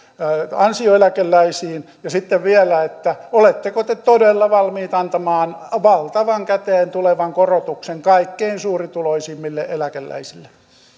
ansioeläkeläisten asemaan ja sitten vielä siihen oletteko te todella valmiit antamaan valtavan käteentulevan korotuksen kaikkein suurituloisimmille eläkeläisille